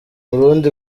burundi